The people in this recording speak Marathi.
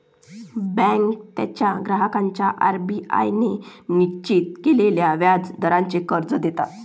बँका त्यांच्या ग्राहकांना आर.बी.आय ने निश्चित केलेल्या व्याज दराने कर्ज देतात